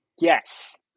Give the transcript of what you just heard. Yes